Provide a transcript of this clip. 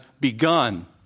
begun